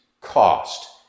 cost